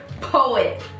Poet